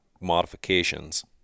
modifications